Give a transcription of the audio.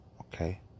okay